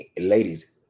ladies